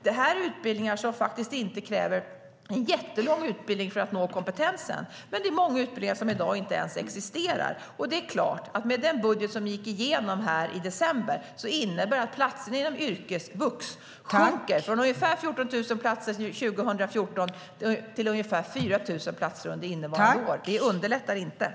Detta är yrken som inte kräver en jättelång utbildning för att man ska nå kompetensen, men det handlar om många utbildningar som i dag inte ens existerar. Den budget som gick igenom i december innebär att platserna inom yrkesvux sjunker från ungefär 14 000 platser 2014 till ungefär 4 000 platser under innevarande år. Det underlättar inte.